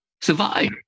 survive